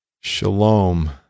Shalom